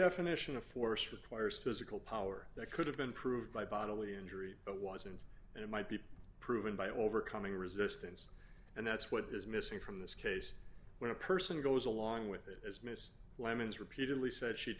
definition of force requires two is equal power that could have been proved by bodily injury it wasn't and it might be proven by overcoming resistance and that's what is missing from this case when a person goes along with it as miss lemons repeatedly said she